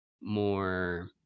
more